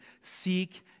seek